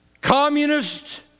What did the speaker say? Communists